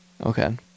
okay